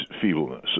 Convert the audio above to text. feebleness